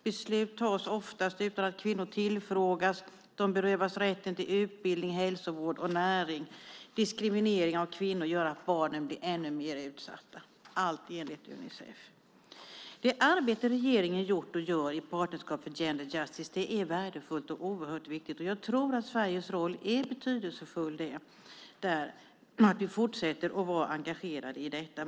Beslut tas oftast utan att kvinnor tillfrågas, de berövas rätten till utbildning, hälsovård och näring och diskriminering av kvinnor gör att barnen blir ännu mer utsatta - allt enligt Unicef. Det arbete regeringen har gjort och gör i partnerskapet Gender Justice är värdefullt och oerhört viktigt. Jag tror att Sveriges roll är betydelsefull där och att vi fortsätter att vara engagerade i detta.